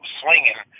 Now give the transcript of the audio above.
swinging